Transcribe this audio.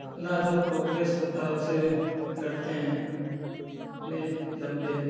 अपना जो प्रोग्रेस होता है उसे करते हैं अपने दम पर